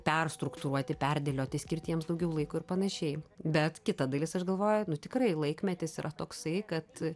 perstruktūruoti perdėlioti skirti jiems daugiau laiko ir panašiai bet kita dalis aš galvoju nu tikrai laikmetis yra toksai kad